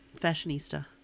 fashionista